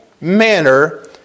manner